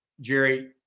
Jerry